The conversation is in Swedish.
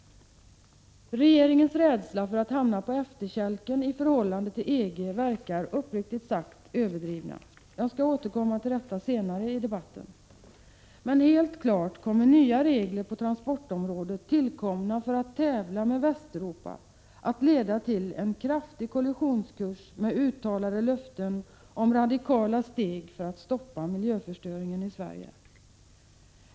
Regeringens rädsla för att hamna på efterkälken i förhållande till EG verkar uppriktigt sagt överdriven. Jag skall återkomma till detta senare i debatten. Men helt klart kommer nya regler på transportområdet, tillkomna för att tävla med Västeuropa, att leda till en kraftig kollisionskurs med uttalade löften om radikala steg för att stoppa miljöförstöringen i Sverige.